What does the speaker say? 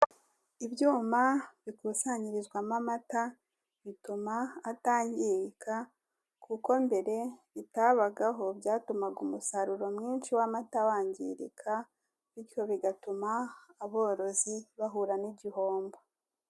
Ibyuma bikusanyirizwamo amata, bituma atangirika kuko mbere bitabagaho byatumaga umusaruro mwinshi w'amata wangirika, bityo bigatuma aborozi bahura n'ibihombo.